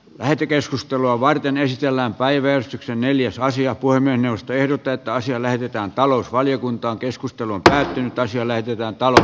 lähetekeskustelua varten esitellään päivystyksen neliosaisia kuin ennustelut että asialle mitään talousvaliokunta keskustelua käytiin tanssia näytetään talon